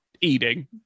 eating